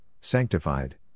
sanctified